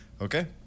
Okay